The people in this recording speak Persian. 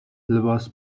لباس